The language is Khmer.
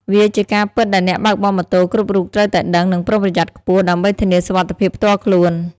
វាជាការពិតដែលអ្នកបើកបរម៉ូតូគ្រប់រូបត្រូវតែដឹង និងប្រុងប្រយ័ត្នខ្ពស់ ដើម្បីធានាសុវត្ថិភាពផ្ទាល់ខ្លួន។